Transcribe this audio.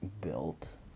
built